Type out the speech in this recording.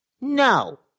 No